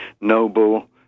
noble